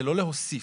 לא,